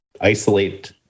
isolate